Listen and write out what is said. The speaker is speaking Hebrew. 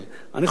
אני חושב,